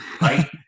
right